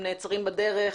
הם נעצרים בדרך,